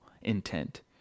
intent